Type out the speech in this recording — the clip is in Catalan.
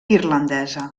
irlandesa